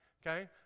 Okay